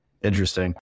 Interesting